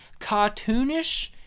cartoonish